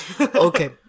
Okay